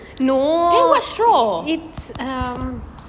then what straw